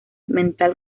mental